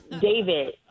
David